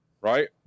Right